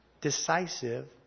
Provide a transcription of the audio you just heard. decisive